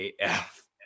AF